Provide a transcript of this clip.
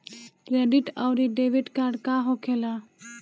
Credit आउरी debit card का होखेला?